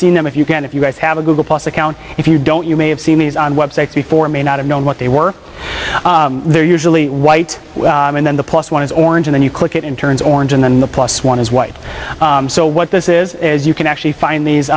seen them if you can if you guys have a google plus account if you don't you may have seen these on websites before may not have known what they were they're usually white and then the plus one is orange and you click it in turns orange and then the plus one is white so what this is is you can actually find these